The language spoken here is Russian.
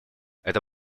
это